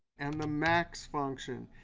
and the max function.